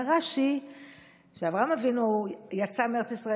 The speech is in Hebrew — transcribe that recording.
אומר רש"י שכשאברהם אבינו יצא מארץ ישראל